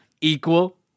equal